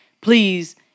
please